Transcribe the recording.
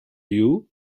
you